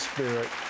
Spirit